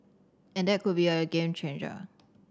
and that could be a game changer